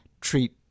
treat